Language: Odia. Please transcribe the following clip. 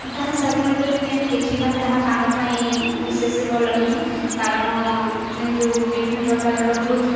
ତାହା ସାଧାରଣତଃ ଯଦି ଆମେ ଦେଖିବା ତାହା କାନ ପାଇଁ ବିଶେଷ ଭଲ ନୁହେଁ କାରଣ ଯେଉଁ ବିଭିନ୍ନ ପ୍ରକାରର ହୃଦ୍